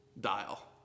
Dial